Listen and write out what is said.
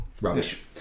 rubbish